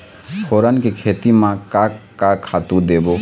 फोरन के खेती म का का खातू देबो?